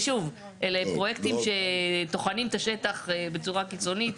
זה שוב לפרויקטים שטוחנים את השטח בצורה קיצונית,